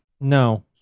No